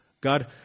God